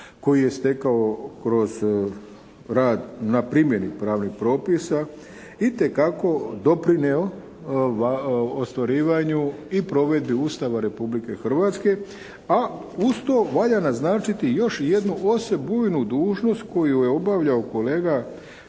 koji je stekao kroz rad na primjeni pravnih propisa itekako doprinio ostvarivanju i provedbi Ustava Republike Hrvatske a uz to valja naznačiti još i jednu osebujnu dužnost koju je obavljao kolega